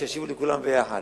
וישיבו לכולם ביחד.